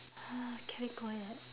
can we go yet